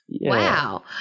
Wow